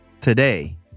today